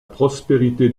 prospérité